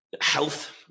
health